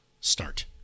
start